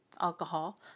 alcohol